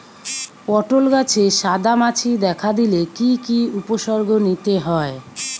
পটল গাছে সাদা মাছি দেখা দিলে কি কি উপসর্গ নিতে হয়?